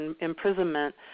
imprisonment